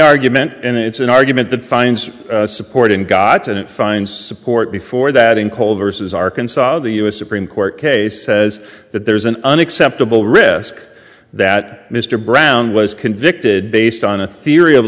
argument and it's an argument that finds support in god and it finds support before that in cold versus arkansas the u s supreme court case says that there's an unacceptable risk that mr brown was convicted based on a theory of